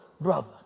brother